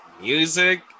music